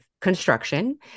construction